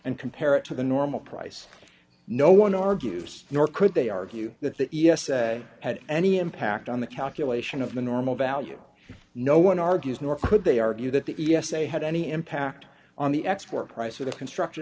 and compare it to the normal price no one argues nor could they argue that the e s a had any impact on the calculation of the normal value no one argues nor could they argue that the e s a had any impact on the export price or the construction